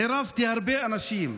עירבתי הרבה אנשים,